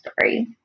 Story